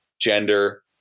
gender